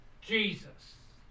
Jesus